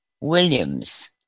Williams